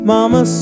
Mama